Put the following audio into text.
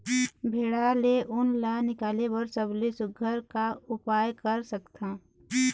भेड़ा ले उन ला निकाले बर सबले सुघ्घर का उपाय कर सकथन?